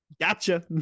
Gotcha